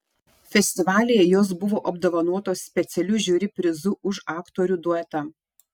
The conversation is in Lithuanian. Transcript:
festivalyje jos buvo apdovanotos specialiu žiuri prizu už aktorių duetą